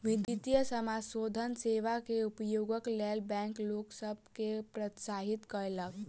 विद्युतीय समाशोधन सेवा के उपयोगक लेल बैंक लोक सभ के प्रोत्साहित कयलक